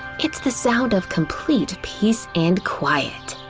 it's the sound of complete peace and quiet.